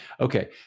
Okay